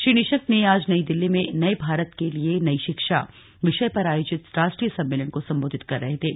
श्री निशंक आज नई दिल्ली में नए भारत के लिए नई शिक्षा विषय पर आयोजित राष्ट्रीय सम्मेलन को संबोधित कर रहे थे